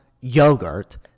yogurt